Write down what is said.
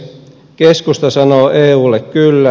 keskusta sanoo eulle kyllä